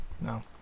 No